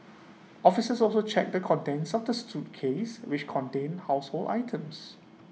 officers also checked the contents of the suitcase which contained household items